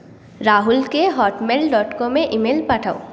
রাহুলকে Hotmail dot কমে email পাঠাও